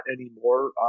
anymore